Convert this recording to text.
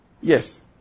Yes